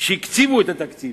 שכאשר הקציבו את התקציב,